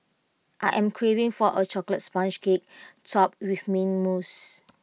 I am craving for A Chocolate Sponge Cake Topped with Mint Mousse